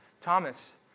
Thomas